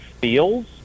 feels